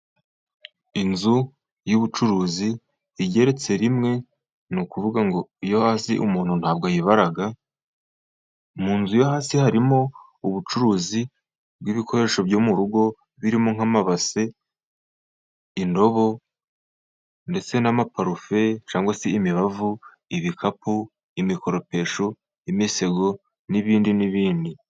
Inzu y'ubucuruzi igeretse rimwe, ni ukuvuga ngo iyo hasi umuntu nta bwo ayibara. Mu nzu yo hasi harimo ubucuruzi bw'ibikoresho byo mu rugo birimo nk'amabase, indobo ndetse n'amaparufe, cyangwa se imibavu, ibikapu, imikoropesho, imisego n'ibindi n'ibindi.